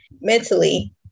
mentally